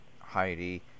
Heidi